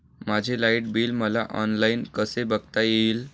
माझे light bill मला online कसे बघता येईल?